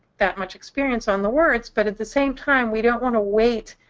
that much experience on the words. but at the same time, we don't want to wait